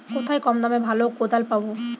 কোথায় কম দামে ভালো কোদাল পাব?